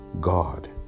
God